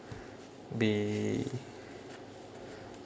be